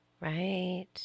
Right